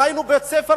ראינו בית-ספר